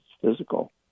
physical